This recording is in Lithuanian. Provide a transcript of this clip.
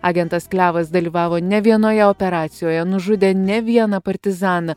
agentas klevas dalyvavo ne vienoje operacijoje nužudė ne vieną partizaną